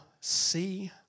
see